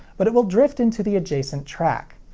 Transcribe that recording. but it will drift into the adjacent track.